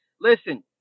listen